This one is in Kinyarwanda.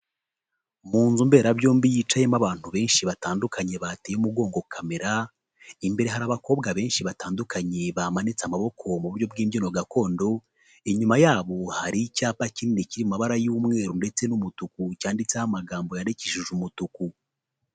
Mu nzu mberabyombi yicayemo abantu benshi batandukanye bateye umugongo kamera, imbere hari abakobwa benshi batandukanye bamanitse amaboko mu buryo bw'imbyino gakondo, inyuma yabo hari icyapa kinini kiri mabara y'umweru ndetse n'umutuku, cyanditseho amagambo yandikishije umutuku.